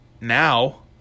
now